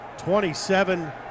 27